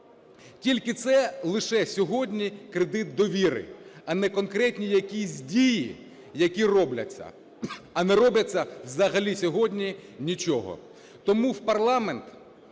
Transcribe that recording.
Тільки це лише сьогодні кредит довіри, а не конкретні якісь дії, які робляться. А не робиться взагалі сьогодні нічого. Тому в парламент